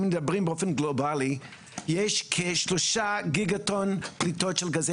אם מדברים באופן גלובלי יש כשלושה גיגה טון פליטות של גזי